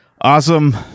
Awesome